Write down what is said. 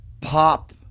pop